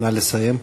נא לסיים.